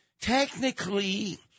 Technically